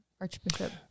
Archbishop